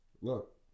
Look